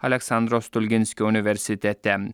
aleksandro stulginskio universitete